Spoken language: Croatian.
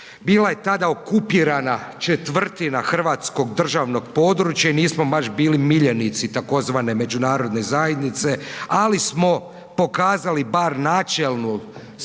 Bila je tada okupirana četvrtina Hrvatskog državnog područja i nismo baš bili miljenici tzv. međunarodne zajednice, ali smo pokazali bar načelnu spremnost